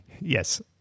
Yes